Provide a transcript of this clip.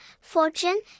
fortune